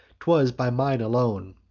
t was by mine alone.